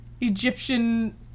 Egyptian